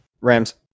Rams